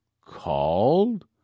Called